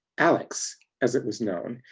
alex, as it was known,